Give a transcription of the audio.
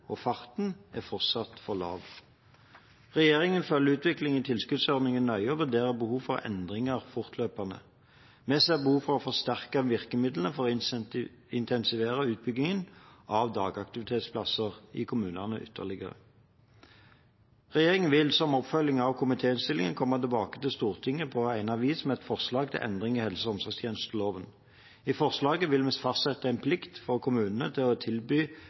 og farten – er fortsatt for lav. Regjeringen følger utviklingen i tilskuddsordningen nøye og vurderer behov for endringer fortløpende. Vi ser behov for å forsterke virkemidlene for å intensivere utbyggingen av dagaktivitetsplasser i kommunene ytterligere. Regjeringen vil som oppfølging av komitéinnstillingen komme tilbake til Stortinget på egnet vis med et forslag til endring i helse- og omsorgstjenesteloven. I forslaget vil vi fastsette en plikt for kommunene til å tilby